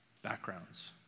backgrounds